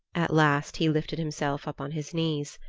at last he lifted himself up on his knees.